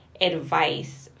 advice